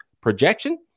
projection